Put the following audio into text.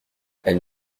elle